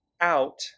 out